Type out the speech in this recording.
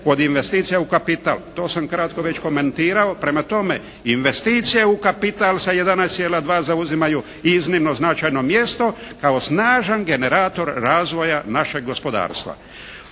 od investicija u kapital. To sam kratko već komentirao. Prema tome investicija u kapital sa 11,2 zauzimaju iznimno značajno mjesto kao snažan generator razvoja našeg gospodarstva.